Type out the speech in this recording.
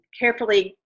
carefully